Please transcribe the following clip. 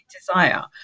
desire